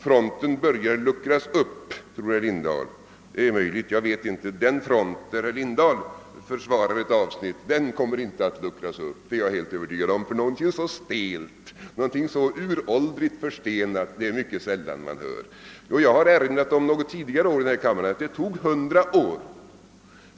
Fronten börjar luckras upp, tror herr Lindahl. Det är möjligt, men den front där herr Lindahl försvarar ett avsnitt kommer inte att luckras upp, det är jag helt övertygad om, ty någonting så uråldrigt förstelnat är det mycket sällan man hör. Något tidigare år har jag i denna kammare erinrat om att det tog 100 år